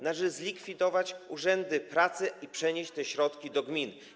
Należy zlikwidować urzędy pracy i przenieść te środki do gmin.